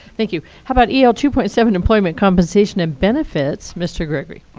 thank you. how about el two point seven, employment compensation and benefits, mr. gregory.